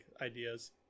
ideas